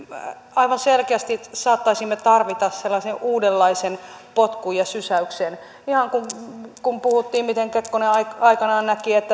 aivan selkeästi saattaisimme tarvita sellaisen uudenlaisen potkun ja sysäyksen ihan kuten puhuttiin miten kekkonen aikoinaan näki että